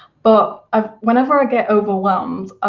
but ah whenever i get overwhelmed,